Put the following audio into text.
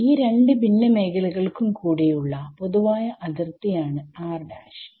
ഈ രണ്ട് ഭിന്ന മേഖലകൾക്കും കൂടിയുള്ള പൊതുവായ അതിർത്തി ആണ്